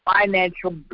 financial